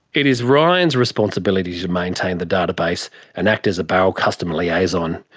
it is ryan's responsibility to maintain the database and act as a barrel customer liaison.